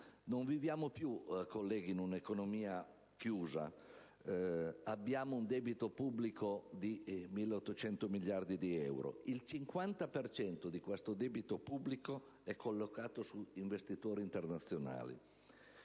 Non viviamo più in un'economia chiusa. Abbiamo un debito pubblico di 1.800 miliardi di euro, il 50 per cento del quale è collocato su investitori internazionali.